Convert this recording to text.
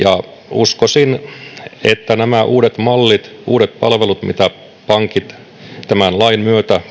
uskoisin että nämä uudet mallit uudet palvelut joita pankit tämän lain myötä